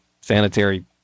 sanitary